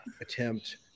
attempt